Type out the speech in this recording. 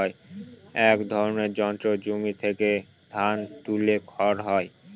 এক ধরনের যন্ত্রে জমি থেকে ধান তুলে খড় হয়